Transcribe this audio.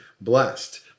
blessed